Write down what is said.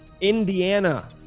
Indiana